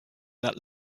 that